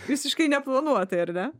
visiškai neplanuotai ar ne